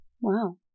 Wow